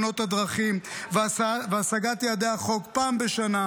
תאונות הדרכים והשגת יעדי החוק פעם בשנה,